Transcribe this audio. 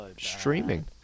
Streaming